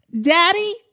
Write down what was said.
Daddy